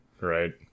right